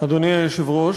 אדוני היושב-ראש,